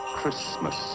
Christmas